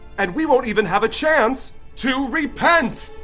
and we won't even have a chance to repent!